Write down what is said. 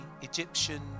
Egyptian